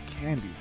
candy